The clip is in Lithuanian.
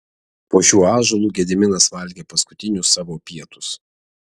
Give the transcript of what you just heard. po šiuo ąžuolu gediminas valgė paskutinius savo pietus